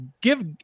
give